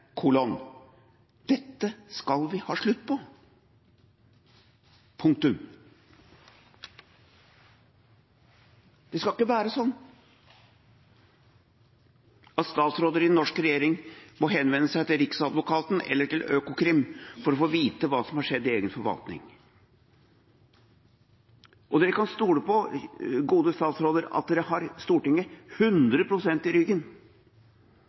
Dette skal vi ha slutt på. Det skal ikke være sånn at statsråder i en norsk regjering må henvende seg til Riksadvokaten eller Økokrim for å få vite hva som har skjedd i egen forvaltning. Og de gode statsrådene her i salen kan stole på at de har Stortinget 100 pst. i ryggen.